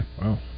Wow